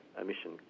emission